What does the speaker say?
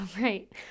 right